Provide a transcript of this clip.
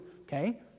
Okay